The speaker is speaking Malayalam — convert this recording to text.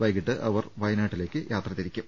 വൈകീട്ട് അവർ വയനാട്ടിലേക്ക് യാത്ര തിരിക്കും